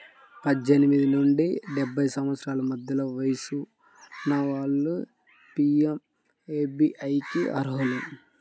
పద్దెనిమిది నుండి డెబ్బై సంవత్సరాల మధ్య వయసున్న వాళ్ళు పీయంఎస్బీఐకి అర్హులు